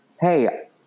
hey